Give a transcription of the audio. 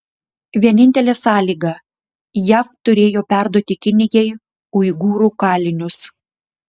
vienintelė sąlyga jav turėjo perduoti kinijai uigūrų kalinius